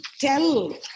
tell